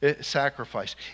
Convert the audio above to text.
sacrifice